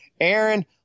Aaron